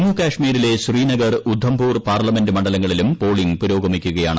ജമ്മുകാശ്മീരിലെ ശ്രീനഗർ ഉദ്ദംപൂർ പാർലമെന്റ് മണ്ഡലങ്ങളിലും പോളിംഗ് പുരോഗമിക്കുകയാണ്